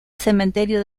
cementerio